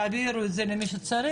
תעבירו את זה למי שצריך.